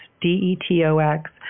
D-E-T-O-X